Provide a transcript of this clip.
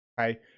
okay